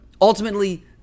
Ultimately